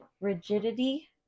rigidity